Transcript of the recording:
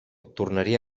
tornaria